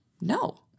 No